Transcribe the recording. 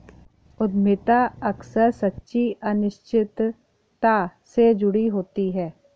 उद्यमिता अक्सर सच्ची अनिश्चितता से जुड़ी होती है